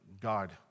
God